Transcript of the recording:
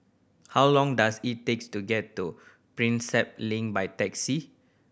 how long does it takes to get to Prinsep Link by taxi